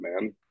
man